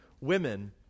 women